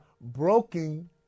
broken